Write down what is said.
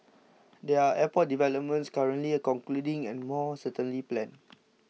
there are airport developments currently concluding and more certainly planned